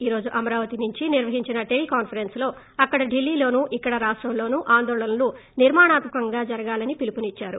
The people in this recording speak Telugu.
ఈ రోజు అమరావతి నుంచి నిర్వహించిన టెలికాన్పరెన్స్లో అటు డిల్లీలోనూ ఇక్కడ రాష్టంలోనూ ఆందోళనలు నిర్మాణత్మకంగా జరగాలని పిలుపునిచ్చారు